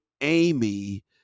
Amy